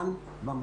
התרעתי,